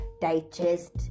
digest